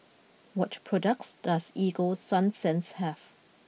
what products does Ego Sunsense have